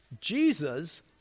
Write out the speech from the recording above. Jesus